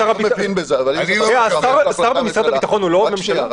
השר במשרד הביטחון הוא לא ממשלה.